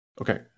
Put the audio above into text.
Okay